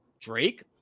Drake